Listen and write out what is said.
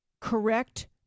correct